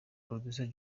producer